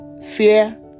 fear